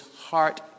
heart